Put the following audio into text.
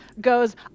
goes